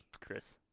Chris